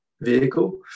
vehicle